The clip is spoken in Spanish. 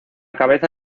cabeza